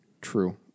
True